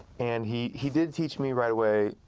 and he he did teach me right away,